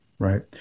Right